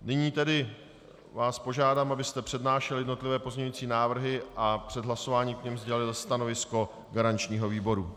Nyní vás tedy požádám, abyste přednášel jednotlivé pozměňovací návrhy a před hlasováním k nim sdělil stanovisko garančního výboru.